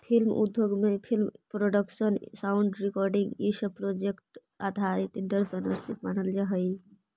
film उद्योग में film production sound recording इ सब प्रोजेक्ट आधारित एंटरप्रेन्योरशिप मानल जा हई